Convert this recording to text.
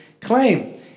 claim